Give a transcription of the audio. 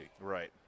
Right